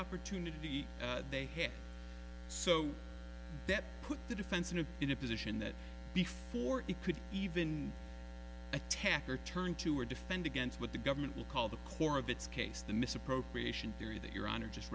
opportunity they hit so that put the defendant in a position that before it could even attack or turn to or and against what the government will call the core of its case the misappropriation theory that your honor just